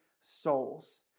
souls